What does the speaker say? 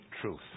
truth